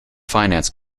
finance